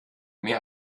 mir